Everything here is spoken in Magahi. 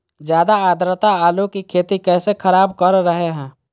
ज्यादा आद्रता आलू की खेती कैसे खराब कर रहे हैं?